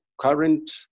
current